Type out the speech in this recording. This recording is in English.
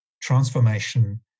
transformation